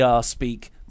speak